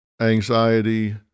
anxiety